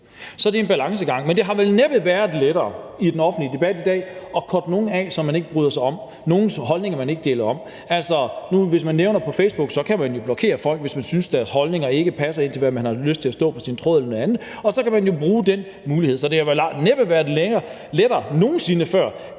Så det er en balancegang, men det har vel næppe været lettere end i den offentlige debat i dag at koble nogle af, som man ikke bryder sig om – nogle, hvis holdninger man ikke deler. Altså, på Facebook kan man jo blokere folk, hvis man synes, deres holdninger ikke passer til det, man har lyst til at have stående på sin tråd eller noget andet; så kan man jo bruge den mulighed. Så det har vel næppe nogen sinde før